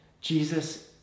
Jesus